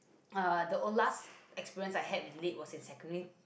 uh the uh last experience I had with lit was in secondary